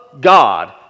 God